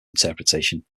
interpretation